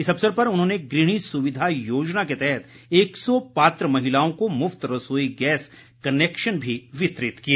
इस अवसर पर उन्होंने गृहिणी सुविधा योजना के तहत एक सौ पात्र महिलाओं को मुफ्त रसोई गैस कनेक्शन भी वितरित किए